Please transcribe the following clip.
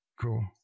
Cool